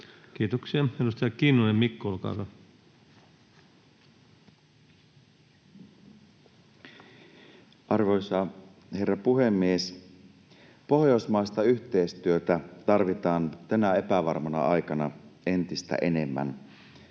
Kiitoksia. — Edustaja Kinnunen Mikko, olkaa hyvä. Arvoisa herra puhemies! Pohjoismaista yhteistyötä tarvitaan tänä epävarmana aikana entistä enemmän.